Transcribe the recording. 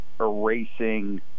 erasing